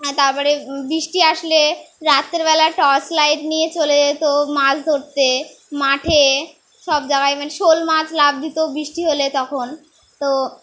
হ্যাঁ তারপরে বৃষ্টি আসলে রাত্রেবেলা টর্চ লাইট নিয়ে চলে যেত মাছ ধরতে মাঠে সব জায়গায় মানে শোল মাছ লাফ দিত বৃষ্টি হলে তখন তো